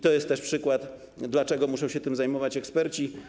To jest też przykład, dlaczego muszą się tym zajmować eksperci.